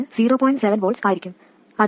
7 V ആയിരിക്കും അത് 0